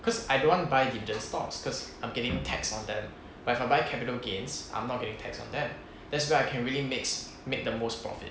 cause I don't want buy dividend stocks cause I'm getting tax on them but if I buy capital gains I'm not getting tax on them that's where I can really makes make the most profit